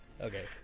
okay